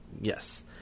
Yes